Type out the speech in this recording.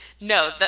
no